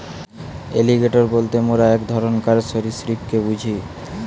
alligator বলতে মোরা এক ধরণকার সরীসৃপকে বুঝি